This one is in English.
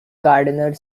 gardener